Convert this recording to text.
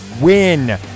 win